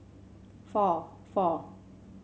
four four